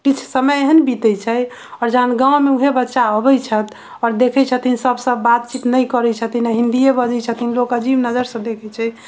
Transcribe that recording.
किछु समय एहन बितै छै आओर जहन गाउँ मे उहे बच्चा अबै छथि आओर देखै छथिन सभ बातचीत नहि करै छथिन आ हिन्दिये बजै छथिन लोक अजीब नजरसँ देखै छै